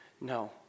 No